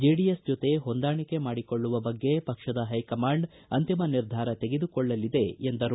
JDS ಜೊತೆ ಹೊಂದಾಣಿಕೆ ಮಾಡಿಕೊಳ್ಳುವ ಬಗ್ಗೆ ಪಕ್ಷದ ಹೈಕಮಾಂಡ್ ಅಂತಿಮ ನಿರ್ಧಾರ ತೆಗೆದುಕೊಳ್ಳಲಿದೆ ಎಂದರು